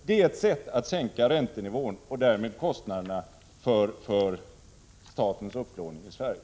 Det är ett sätt att sänka räntenivån och därmed kostnaderna för statens upplåning i Sverige.